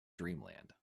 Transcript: dreamland